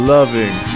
Loving